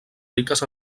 riques